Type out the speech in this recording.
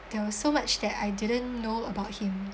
there was so much that I didn't know about him